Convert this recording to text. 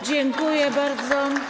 Dziękuję bardzo.